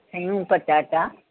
सयूं पटाटा